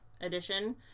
edition